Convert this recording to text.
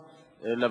ובריאות.